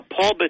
Paul